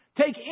Take